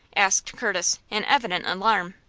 asked curtis, in evident alarm.